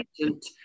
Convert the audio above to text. agent